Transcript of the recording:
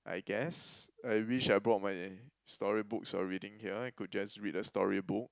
I guess I wished I brought my storybooks or reading here I could just read a storybook